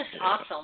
awesome